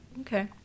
okay